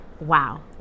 Wow